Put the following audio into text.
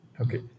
okay